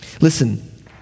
Listen